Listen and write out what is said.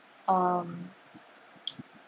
um